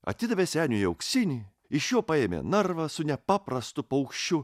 atidavė seniui auksinį iš jo paėmė narvą su nepaprastu paukščiu